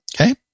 Okay